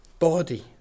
body